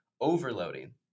overloading